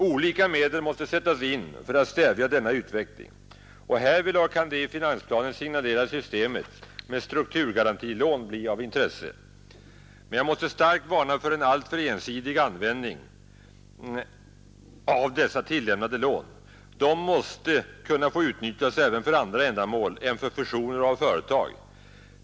Olika medel måste sättas in för att stävja denna utveckling och härvidlag kan det i finansplanen signalerade systemet med strukturgarantilån bli av intresse. Men jag måste starkt varna för en alltför ensidig användning av dessa tillämnade lån. De måste kunna få utnyttjas även för andra ändamål än för fusioner av företag.